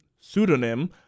pseudonym